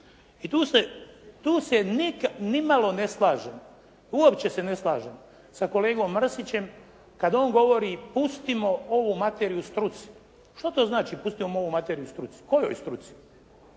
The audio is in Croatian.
tu se nimalo ne slažem, uopće se ne slažem sa kolegom Mrsićem kad on govori: «Pustimo ovu materiju struci.» Što to znači: «Pustimo ovu materiju struci»? Kojoj struci?